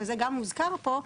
וזה גם הוזכר פה,